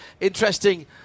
Interesting